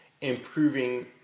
improving